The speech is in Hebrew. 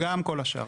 כן, גם כל השאר.